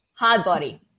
Hardbody